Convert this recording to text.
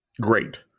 great